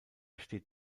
steht